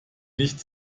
nicht